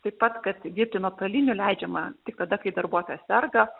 taip pat kad dirbti nuotoliniu leidžiama tik tada kai darbuotojas serga